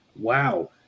Wow